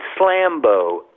Slambo